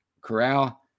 Corral